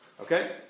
Okay